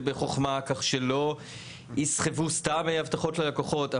בחוכמה כך שלא יסחבו סתם הבטחות ללקוחות,